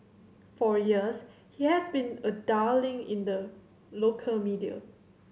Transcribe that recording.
for years he has been a darling in the local media